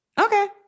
okay